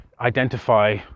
identify